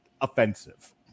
offensive